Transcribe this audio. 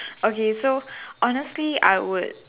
okay so honestly I would